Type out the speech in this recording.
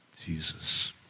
Jesus